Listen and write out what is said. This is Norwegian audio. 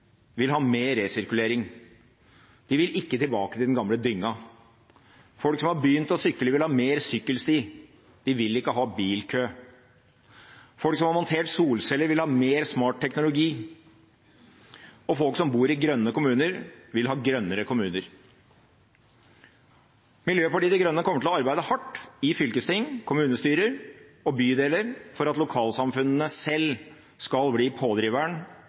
vil ha mer resirkulering. De vil ikke tilbake til den gamle dynga. Folk som har begynt å sykle, vil ha mer sykkelsti. De vil ikke ha bilkø. Folk som har montert solceller, vil ha mer smart teknologi, og folk som bor i grønne kommuner, vil ha grønnere kommuner. Miljøpartiet De Grønne kommer til å arbeide hardt i fylkesting, kommunestyrer og bydeler for at lokalsamfunnene selv skal bli pådriveren